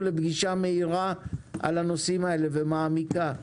לפגישה מהירה ומעמיקה בנושאים האלה.